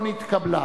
לא נתקבלה.